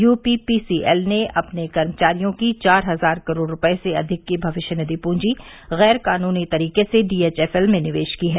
you P P C L ने ने अपने कर्मचारियों की चार हजार करोड़ रूपये से अधिक की भविष्य निधि पूजी गैर कानूनी तरीके से डी एच एफ एल में निवेश की है